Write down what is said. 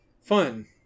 fun